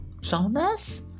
Jonas